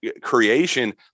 creation